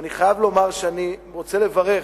ואני חייב לומר שאני רוצה לברך